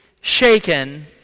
shaken